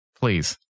Please